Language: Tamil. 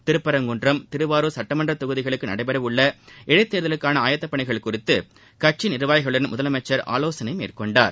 திருப்பரங்குன்றம் திருவாரூர் சுட்டமன்ற தொகுதிகளுக்கு நடைபெறவுள்ள முன்னதாக இடைத்தேர்தலுக்காள ஆயத்தப் பணிகள் குறித்து கட்சி நிர்வாகிகளுடன் முதலமைச்ச் ஆலோசனை மேற்கொண்டார்